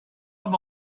them